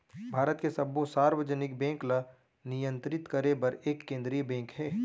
भारत के सब्बो सार्वजनिक बेंक ल नियंतरित करे बर एक केंद्रीय बेंक हे